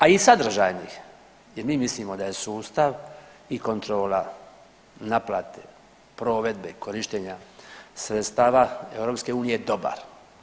A i sadržajnih jer mi mislimo da je sustav i kontrola naplate, provedbe korištenja sredstava EU dobar.